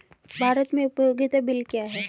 भारत में उपयोगिता बिल क्या हैं?